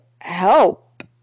help